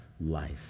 life